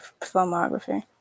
filmography